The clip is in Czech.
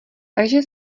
takže